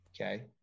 Okay